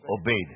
Obeyed